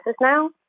now